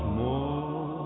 more